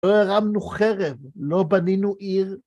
לא הרמנו חרב, לא בנינו עיר.